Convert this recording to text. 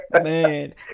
man